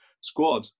squad